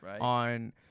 on